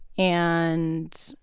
and,